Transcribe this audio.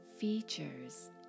features